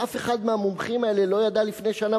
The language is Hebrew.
שאף אחד מהמומחים האלה לא ידע לפני שנה